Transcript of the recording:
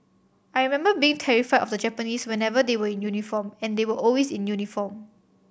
I remember being terrified of the Japanese whenever they were in uniform and they were always in uniform